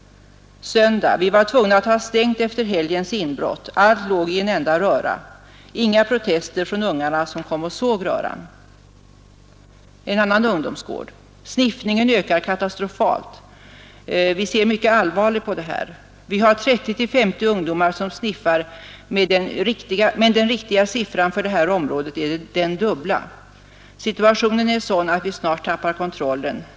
Söndag: vi var tvungna att ha stängt efter helgens inbrott. Allt låg i en enda röra. Inga protester från ungarna som kom och såg röran.” Ännu en ungdomsgård: ”Sniffningen ökar katastrofalt. Ser mycket allvarligt på det här. ——— Vi har 30-50 ungdomar som sniffar men den riktiga siffran för hela området är den dubbla. Situationen är sådan att vi snart tappar kontrollen.